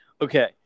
Okay